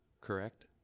correct